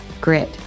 grit